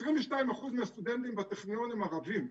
22% מהסטודנטים בטכניון הם ערבים.